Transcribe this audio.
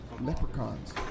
leprechauns